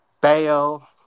bail